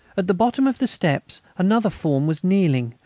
at the bottom of the steps another form was kneeling,